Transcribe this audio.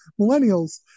Millennials